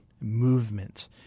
movement